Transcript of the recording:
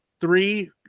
three